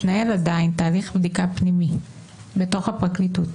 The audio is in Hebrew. מתנהל עדיין תהליך בדיקה פנימי בתוך הפרקליטות.